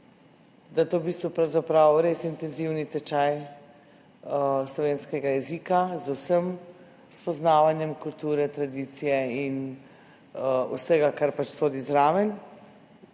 če je to res intenzivni tečaj slovenskega jezika, z vsem spoznavanjem kulture, tradicije in vsega, kar pač sodi zraven,